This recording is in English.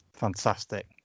fantastic